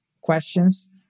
questions